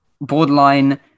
Borderline